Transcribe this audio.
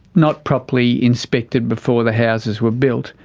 not properly inspected before the houses were built,